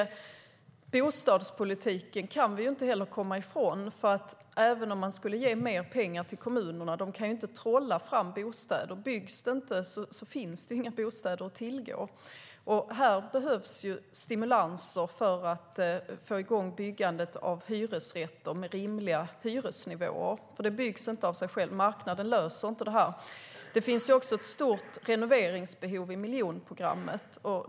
Bostadspolitiken kan vi inte heller komma ifrån. Även om man skulle ge mer pengar till kommunerna kan de inte trolla fram bostäder. Byggs det inte finns det inga bostäder att tillgå. Här behövs stimulanser för att få i gång byggandet av hyresrätter med rimliga hyresnivåer, för de byggs inte av sig själva. Marknaden löser inte det här. Det finns också ett stort renoveringsbehov i miljonprogramsområdena.